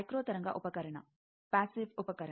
micro ತರಂಗ ಉಪಕರಣ passive ಉಪಕರಣ